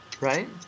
right